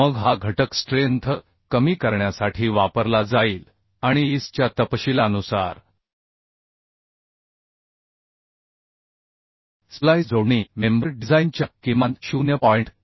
मग हा घटक स्ट्रेंथ कमी करण्यासाठी वापरला जाईल आणि IS च्या तपशीलानुसार स्प्लाइस जोडणी मेंबर डिझाइन च्या किमान 0